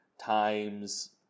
times